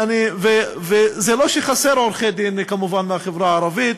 וכמובן, זה לא שחסרים עורכי-דין מהחברה הערבית.